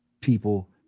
people